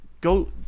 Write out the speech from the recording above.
go